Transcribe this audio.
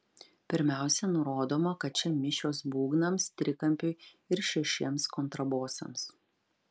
pirmiausia nurodoma kad čia mišios būgnams trikampiui ir šešiems kontrabosams